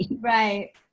right